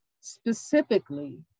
specifically